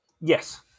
Yes